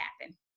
happen